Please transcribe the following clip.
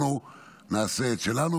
אנחנו נעשה את שלנו.